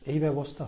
এই ব্যবস্থা হয়